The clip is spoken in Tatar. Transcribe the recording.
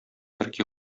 төрки